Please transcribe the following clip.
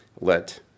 let